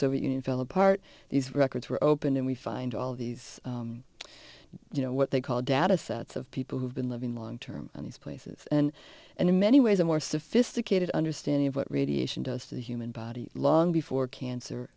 soviet union fell apart these records were open and we find all these you know what they call data sets of people who've been living long term in these places and and in many ways a more sophisticated understanding of what radiation does to the human body long before cancer